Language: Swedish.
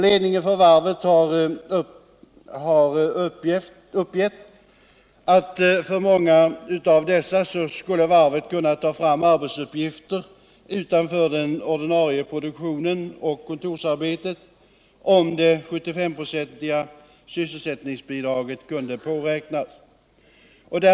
Ledningen för varvet har uppgett att för många av dessa skulle varvet kunna ta fram arbetsuppgifter utanför den ordinarie produktionen och kontorsarbetet om det 75-procentiga sysselsättningsbidraget kunde påräknas.